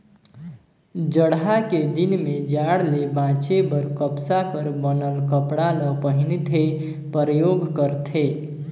जड़हा के दिन में जाड़ ले बांचे बर कपसा कर बनल कपड़ा ल पहिनथे, परयोग करथे